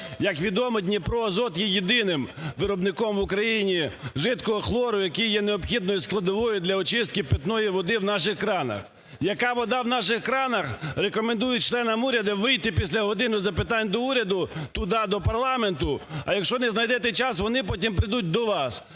Як відомо, "Дніпроазот" є єдиним виробником в Україні жидкого хлору, який є необхідною складовою для очистки питної води в наших кранах. Яка вода в наших кранах? Рекомендую членам уряду вийти після "години запитань до Уряду" туди, до парламенту, а якщо не знайдете час, вони потім прийдуть до вас.